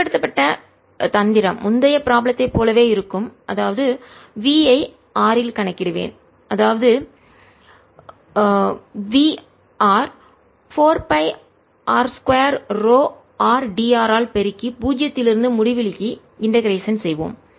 பயன்படுத்தப்பட்ட தந்திரம் முந்தைய ப்ராப்ளம் ஐ போலவே இருக்கும் அதாவது v ஐ r இல் கணக்கிடுவேன் அதாவது v 4 pi r 2 ρ rd r ஆல் பெருக்கி பூஜ்ஜியத்திலிருந்து முடிவிலிக்கு இண்டெகரேஷன் ஒருங்கிணைத்தல் செய்வோம்